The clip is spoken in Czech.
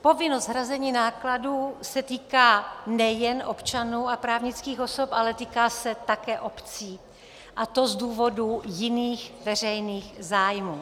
Povinnost hrazení nákladů se týká nejen občanů a právnických osob, ale týká se také obcí, a to z důvodu jiných veřejných zájmů.